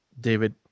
David